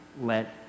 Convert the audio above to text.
let